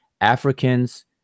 Africans